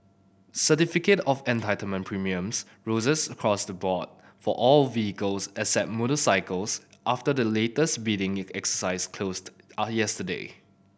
certificate of Entitlement premiums roses across the board for all vehicles except motorcycles after the latest bidding exercise closed are yesterday